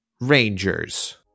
Rangers